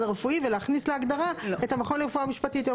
הרפואי ולהכניס להגדרה את המכון לרפואה משפטית.